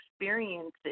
experiences